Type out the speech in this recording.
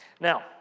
Now